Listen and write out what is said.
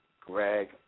Greg